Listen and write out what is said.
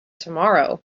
tomorrow